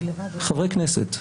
חברי כנסת.